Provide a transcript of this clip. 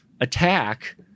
attack